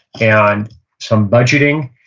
and some budgeting.